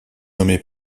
nommé